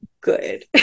good